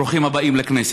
ברוכים הבאים לכנסת.